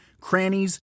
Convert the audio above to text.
crannies